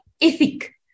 ethic